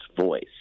voice